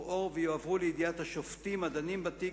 אור ויועברו לידיעת השופטים הדנים בתיק,